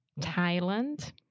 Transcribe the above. Thailand